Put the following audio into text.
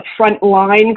frontline